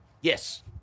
Yes